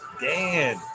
Dan